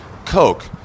coke